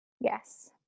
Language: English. Yes